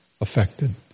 affected